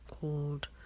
called